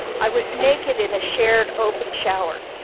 i was naked in a shared open shower,